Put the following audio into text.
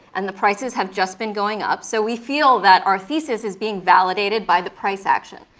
and the prices have just been going up. so we feel that our thesis is being validated by the price action.